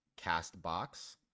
Castbox